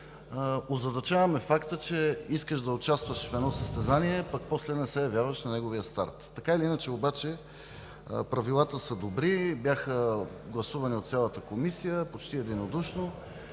Озадачава ме фактът, че искаш да участваш в едно състезание, пък после не се явяваш на неговия старт. Така или иначе обаче, правилата са добри, бяха гласувани почти единодушно